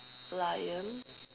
lion